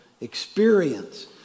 experience